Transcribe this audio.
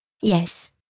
Yes